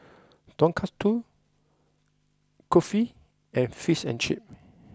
Tonkatsu Kulfi and Fish and Chips